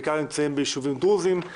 שנמצאים בעיקר בישובים דרוזים.